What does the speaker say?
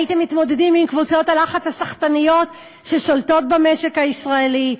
הייתם מתמודדים עם קבוצות הלחץ הסחטניות ששולטות במשק הישראלי,